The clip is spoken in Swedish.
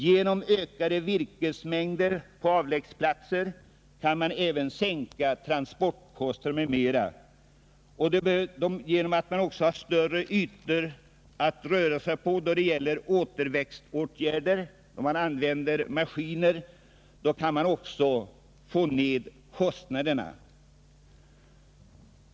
Genom ökade virkesmängder på avläggsplatser kan man även sänka transportkostnaderna. Kostnaderna kan också minskas i och med att man får större ytor att röra sig på och därigenom kan använda maskiner för återväxtåtgärder.